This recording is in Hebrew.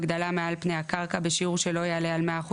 (13ב) (א) (1) (א) הגדלה מעל פני הקרקע בשיעור שלא יעלה על 100%